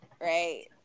Right